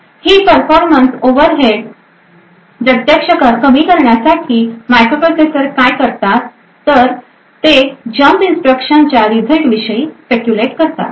तर ही performance overheads प्रत्यक्षात कमी करण्यासाठी मायक्रोप्रोसेसर काय करतात ते जम्प इंस्ट्रक्शनच्या रिझल्ट विषयी स्पेक्युलेट करतात